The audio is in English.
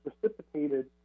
precipitated